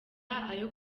ayo